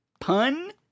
Pun